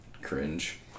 Cringe